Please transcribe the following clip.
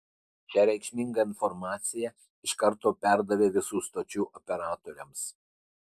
šią reikšmingą informaciją iš karto perdavė visų stočių operatoriams